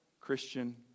Christian